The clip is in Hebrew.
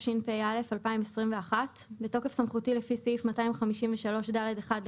התשפ"א-2021 בתוקף סמכותי לפי סעיף 253(ד)(1)